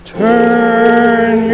turn